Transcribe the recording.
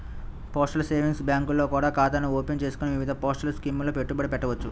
postal savings బ్యాంకుల్లో కూడా ఖాతాను ఓపెన్ చేసుకొని వివిధ పోస్టల్ స్కీముల్లో పెట్టుబడి పెట్టవచ్చు